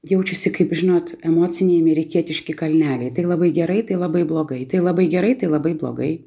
jaučiasi kaip žinot emociniai amerikietiški kalneliai tai labai gerai tai labai blogai tai labai gerai tai labai blogai